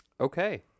Okay